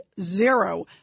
zero